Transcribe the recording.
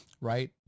right